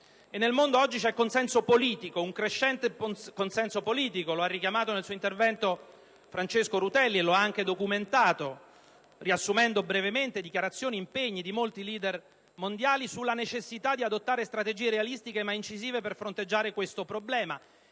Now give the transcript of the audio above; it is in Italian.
nel mondo oggi c'è un crescente consenso politico - lo ha richiamato nel suo intervento il senatore Francesco Rutelli e lo ha anche documentato, riassumendo brevemente dichiarazioni e impegni di molti leader mondiali - sulla necessità di adottare strategie realistiche ma incisive per fronteggiare questo problema